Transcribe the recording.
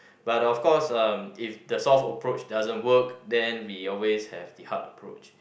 but of course uh if the soft approach doesn't work then we always have the hard approach